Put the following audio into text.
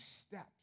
steps